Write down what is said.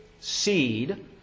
seed